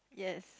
yes